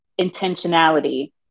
intentionality